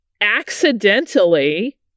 Accidentally